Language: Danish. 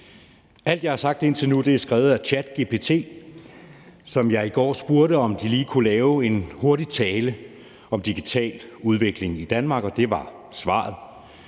Alt, jeg har sagt indtil nu, er skrevet af ChatGPT, som jeg i går spurgte om lige kunne lave en hurtig tale om digital udvikling i Danmark, og det var svaret.